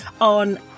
on